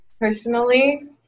personally